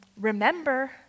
remember